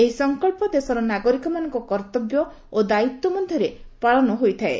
ଏହି ସଙ୍କଳ୍ପ ଦେଶର ନାଗରିକମାନଙ୍କ କର୍ତ୍ତବ୍ୟ ଓ ଦାୟିତ୍ୱ ମଧ୍ୟରେ ପାଳିତ ହୋଇଥାଏ